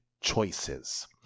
choices